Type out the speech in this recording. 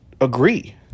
agree